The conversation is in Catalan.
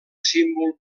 símbol